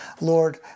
Lord